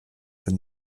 von